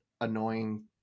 annoying